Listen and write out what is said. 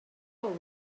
all